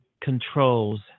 controls